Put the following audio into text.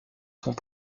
sont